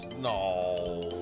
No